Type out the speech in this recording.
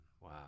Wow